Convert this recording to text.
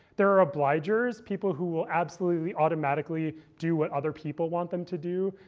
there are obligers, people who will absolutely automatically do what other people want them to do.